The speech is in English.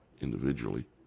individually